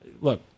look